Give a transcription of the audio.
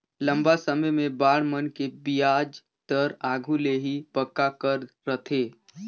लंबा समे बांड मन के बियाज दर आघु ले ही पक्का कर रथें